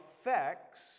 effects